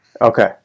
Okay